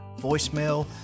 voicemail